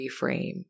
reframe